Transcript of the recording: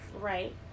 Right